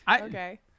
Okay